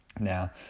Now